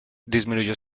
disminuyó